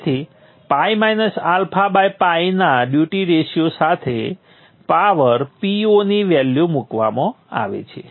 તેથી ᴨ αᴨ ના duty ratio સાથે પાવર Po ની વેલ્યુ મૂકવામાં આવે છે